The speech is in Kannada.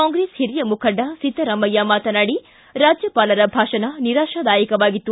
ಕಾಂಗ್ರೆಸ್ ಓರಿಯ ಮುಖಂಡ ಸಿದ್ದರಾಮಯ್ಯ ಮಾತನಾಡಿ ರಾಜ್ಯಪಾಲರ ಭಾಷಣ ನಿರಾಶಾದಾಯಕವಾಗಿತ್ತು